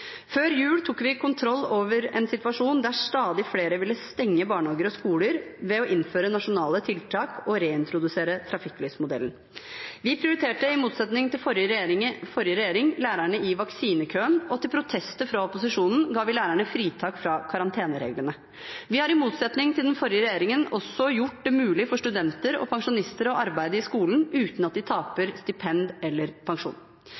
Før jul tok vi kontroll over en situasjon der stadig flere ville stenge barnehager og skoler ved å innføre nasjonale tiltak og reintrodusere trafikklysmodellen. Vi prioriterte, i motsetning til forrige regjering, lærerne i vaksinekøen, og til protester fra opposisjonen ga vi lærerne fritak fra karantenereglene. Vi har, i motsetning til den forrige regjeringen, også gjort det mulig for studenter og pensjonister å arbeide i skolen uten at de taper stipend eller pensjon.